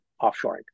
offshoring